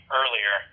earlier